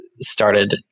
started